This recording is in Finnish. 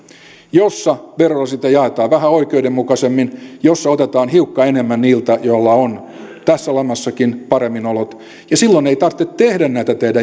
jossa verorasite jaetaan vähän oikeudenmukaisemmin jossa otetaan hiukka enemmän niiltä joilla on tässä lamassakin paremmin olot ja silloin ei tarvitse tehdä näitä teidän